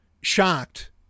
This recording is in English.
shocked